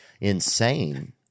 insane